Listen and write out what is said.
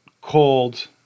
called